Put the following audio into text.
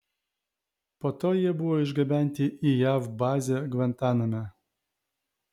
po to jie buvo išgabenti į jav bazę gvantaname